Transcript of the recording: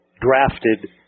drafted